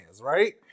right